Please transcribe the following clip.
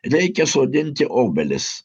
reikia sodinti obelis